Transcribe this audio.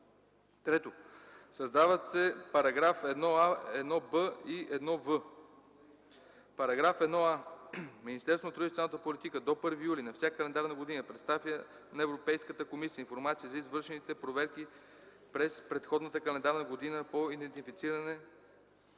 3. Създават се § 1а, § 1б и § 1в: „§ 1а. Министерството на труда и социалната политика до 1 юли на всяка календарна година представя на Европейската комисия информация за извършените проверки през предходната календарна година по идентифицираните